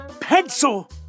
Pencil